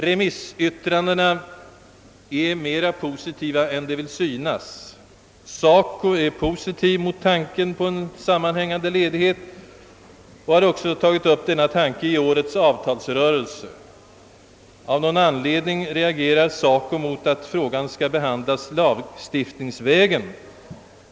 Remissyttrandena är mera positiva än det vill synas. SACO är positiv mot tanken på en sammanhängande ledighet och har också tagit upp denna tanke i årets avtalsrörelse. Av någon anledning reagerar SACO mot att frågan skall behandlas lagstiftningsvägen.